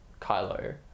Kylo